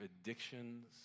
addictions